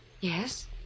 Yes